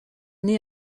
née